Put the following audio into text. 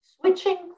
switching